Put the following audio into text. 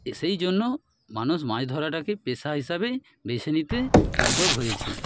সেই জন্য মানুষ মাছ ধরাটাকে পেশা হিসেবে বেছে নিতে উদ্যোগ হয়েছে